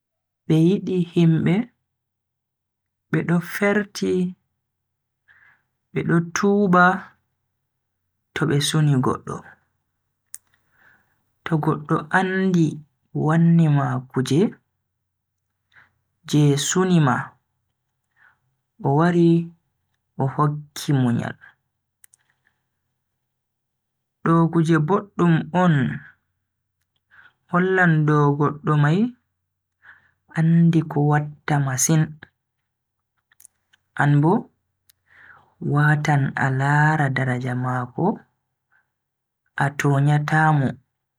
Be yidi himbe bedo ferti bedo tuuba to be suni goddo. To goddo andi wanni ma kuje je suni ma o wari o hokki munyal, do kuje boddum on hollan dow goddo mai andi ko watta masin, anbo watan a lara daraja mako a tonyata mo.